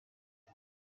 yaho